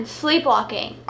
sleepwalking